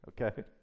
okay